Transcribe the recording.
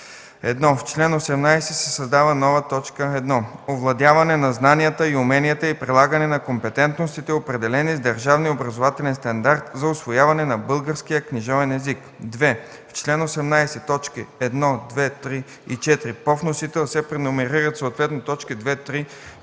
1. В чл. 18 се създава нова т. 1: „1. овладяване на знанията и уменията и прилагане на компетентностите, определени с държавния образователен стандарт за усвояване на българския книжовен език”. 2. В чл. 18, точки 1, 2, 3 и 4 по вносител се преномерират съответно на точки 2, 3, 4